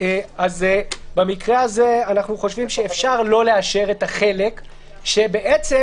אלפיים שקל זה הכול